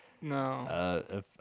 No